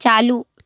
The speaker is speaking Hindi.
चालू